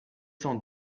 cent